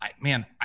man